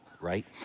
right